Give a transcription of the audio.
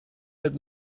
had